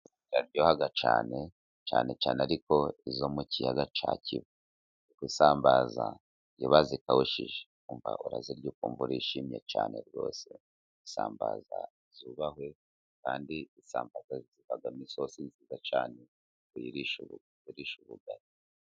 Isambaza ziraryoha cyane, cyane cyane ariko izo mu kiyaga cya kivu. Isambaza iyo bazikawushije umva urazirya ukumva urishimye cyane rwose. Isambaza zubahwe, kandi isamba zivamo isosi nziza cyane kuyirisha ubugari.